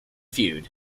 feud